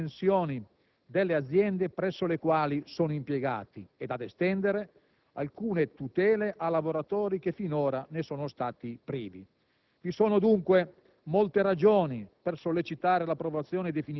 tra i lavoratori legate esclusivamente alle dimensioni delle aziende presso le quali sono impiegati e ad estendere alcune tutele a lavoratori che finora ne sono stati privi.